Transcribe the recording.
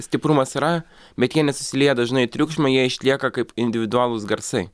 stiprumas yra bet jie nesusilieja dažnai į triukšmą jie išlieka kaip individualūs garsai